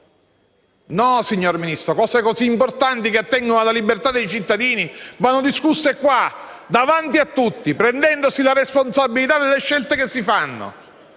Signor Ministro, cose così importanti che attengono alla libertà dei cittadini vanno discusse in questa sede davanti a tutti, assumendosi prendendosi la responsabilità delle scelte che si fanno.